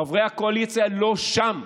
חברי הקואליציה לא שם.